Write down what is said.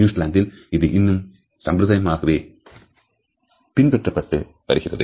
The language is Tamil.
நியூசிலாந்தில் இது இன்னும் சம்பிரதாயமாக பின்பற்றப்பட்டு வருகிறது